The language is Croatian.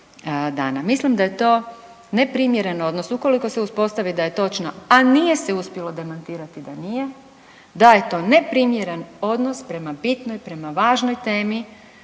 Mislim da je to neprimjereno odnosno ukoliko se uspostavi da je točno, a nije se uspjelo demantirati da nije, da je to neprimjeren odnos prema bitnoj i prema važnoj temi,